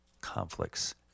conflicts